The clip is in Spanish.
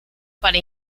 para